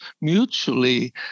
mutually